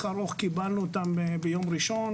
ארוך מאוד קיבלנו אותם ביום ראשון,